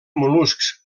mol·luscs